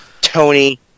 Tony